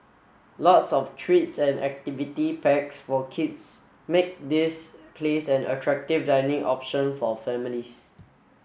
lots of treats and activity packs for kids make this place an attractive dining option for families